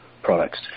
Products